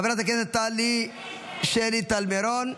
חברת הכנסת שלי טל מירון,